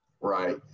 Right